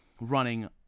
running